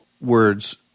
words